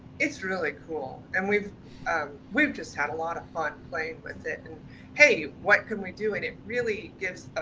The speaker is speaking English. it's really cool. and we've um we've just had a lot of fun playing with it and hey, what can we do? and it really gives,